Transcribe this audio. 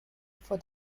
for